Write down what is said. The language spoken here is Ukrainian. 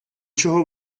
чого